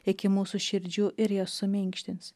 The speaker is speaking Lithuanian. iki mūsų širdžių ir jas suminkštins